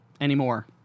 Anymore